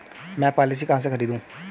मैं पॉलिसी कहाँ से खरीदूं?